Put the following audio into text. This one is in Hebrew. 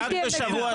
אל תהיה מקופח.